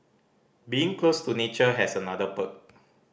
being close to nature has another perk